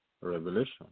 Revelation